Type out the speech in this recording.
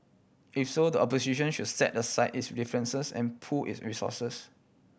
if so the opposition should set aside its differences and pool its resources